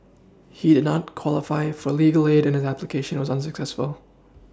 he did not qualify for legal aid and his application was unsuccessful